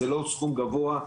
זה לא סכום גבוה,